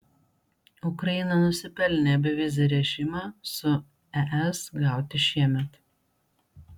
ukraina nusipelnė bevizį režimą su es gauti šiemet